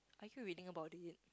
I keep reading about it